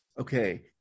okay